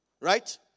Right